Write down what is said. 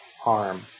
harm